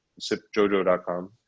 sipjojo.com